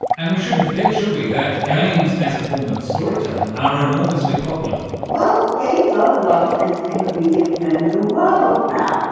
and we shouldn't forget, should we, that games as a form of storytelling are enormously popular. well, games are the largest entertainment medium in the world now.